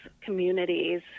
communities